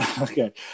okay